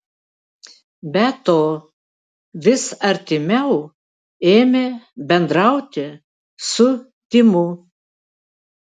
be to vis artimiau ėmė bendrauti su timu